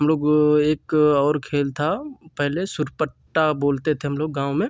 हमलोग एक और खेल था पहले सुरपट्टा बोलते थे हमलोग गाँव में